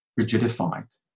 rigidified